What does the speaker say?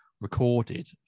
recorded